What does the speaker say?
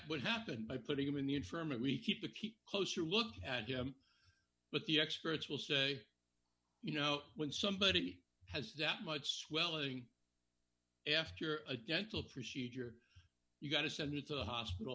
what happened by putting him in the infirmary keep the keep a closer look but the experts will say you know when somebody has that much swelling after a dental procedure you've got to send it to the hospital